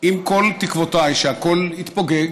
עם כל תקוותיי שהכול יתפוגג,